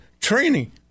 training